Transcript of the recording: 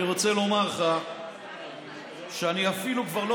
אני רוצה לומר לך שאני אפילו כבר לא